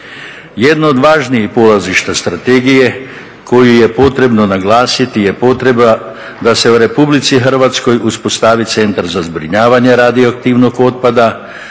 Jedno od važnijih polazišta strategije koju je potrebno naglasiti je potreba da se u Republici Hrvatskoj uspostavi Centar za zbrinjavanje radioaktivnog otpada,